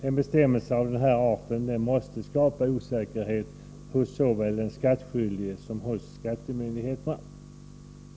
En bestämmelse av den här arten måste skapa osäkerhet såväl hos den skattskyldige som hos skattemyndigheterna.